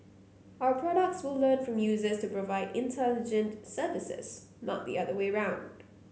our products will learn from users to provide intelligent services not the other way around